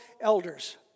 elders